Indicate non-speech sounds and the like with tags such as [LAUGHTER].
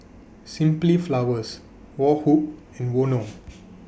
Simply Flowers Woh Hup and Vono [NOISE]